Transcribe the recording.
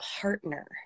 partner